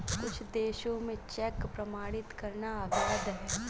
कुछ देशों में चेक प्रमाणित करना अवैध है